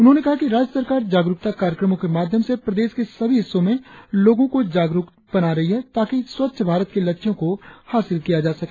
उन्होंने कहा कि राज्य सरकार जागरुकता कार्यक्रमों के माध्यम से प्रदेश के सभी हिस्सों में लोगों को जागरुक बना रही है ताकि स्वच्छ भारत के लक्ष्यों को हासिल किया जा सके